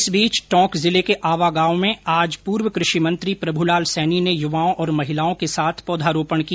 इस बीच टोंक जिले के आवा गांव में आज पूर्व कृषि मंत्री प्रभूलाल सैनी ने युवाओं और महिलाओं के साथ पौधारोपण किया